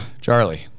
Charlie